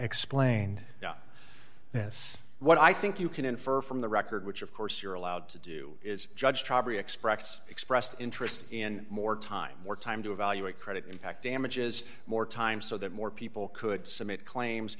explained this what i think you can infer from the record which of course you're allowed to do is judge express expressed interest in more time more time to evaluate credit impact damages more time so that more people could submit claims